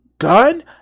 gun